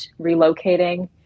relocating